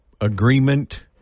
agreement